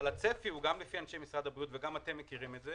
אבל הצפי הוא גם לפי אנשים משרד הבריאות וגם אתם מכירים את זה